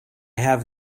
have